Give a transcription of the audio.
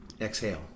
exhale